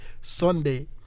Sunday